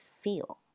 feel